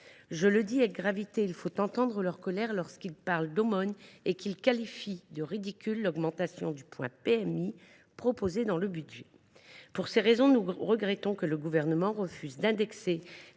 Je le dis avec gravité : il faut entendre leur colère lorsqu’ils parlent d’« aumône » et qualifient de « ridicule » l’augmentation du point de la PMI proposée dans le présent budget. Pour ces raisons, nous regrettons que le Gouvernement refuse d’indexer